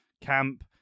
camp